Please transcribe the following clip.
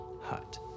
hut